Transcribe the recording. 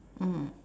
mm